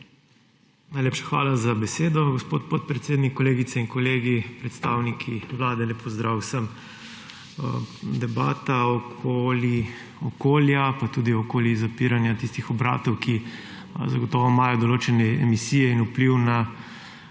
Najlepša hvala za besedo, gospod podpredsednik. Kolegice in kolegi, predstavniki Vlade, lep pozdrav vsem! Debata o okolju, pa tudi o zapiranju tistih obratov, ki imajo zagotovo določene emisije in vpliv na